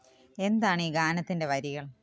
എന്താണീ ഗാനത്തിൻ്റെ വരികൾ